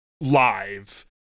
live